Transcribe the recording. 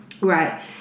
Right